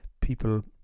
people